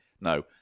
No